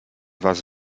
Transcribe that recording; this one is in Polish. was